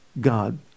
God